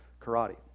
karate